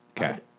Okay